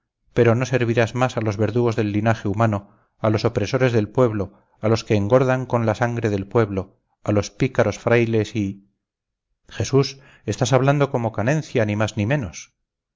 pero no servirás más a los verdugos del linaje humano a los opresores del pueblo a los que engordan con la sangre del pueblo a los pícaros frailes y jesús estás hablando como canencia ni más ni menos